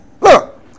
Look